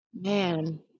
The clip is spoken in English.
man